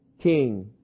king